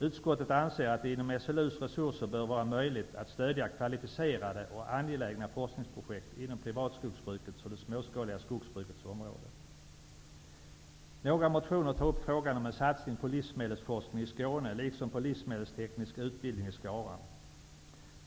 Utskottet anser att det inom SLU:s resurser bör vara möjligt att stödja kvalificerade och angelägna forskningsprojekt inom privatskogsbrukets och det småskaliga skogsbrukets område. I några motioner tas frågan om en satsning på livsmedelsforskning i Skåne liksom på livsmedelsteknisk utbildning i Skara upp.